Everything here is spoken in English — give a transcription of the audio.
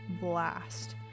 blast